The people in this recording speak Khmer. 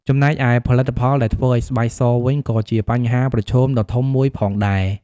ចំណែកឯផលិតផលដែលធ្វើឱ្យស្បែកសវិញ ក៏ជាបញ្ហាប្រឈមដ៏ធំមួយផងដែរ។